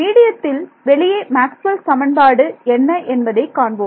மீடியத்தில் வெளியே மேக்ஸ்வெல் சமன்பாடு என்ன என்பதை காண்போம்